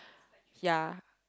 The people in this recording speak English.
yeah